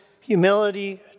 humility